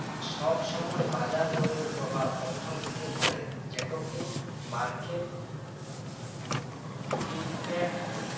সব সময় বাজার দরের প্রভাব অর্থনীতিতে পড়ে যেটোকে মার্কেট ইমপ্যাক্ট বলে